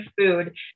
food